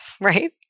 right